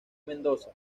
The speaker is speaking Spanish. mendoza